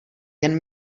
jen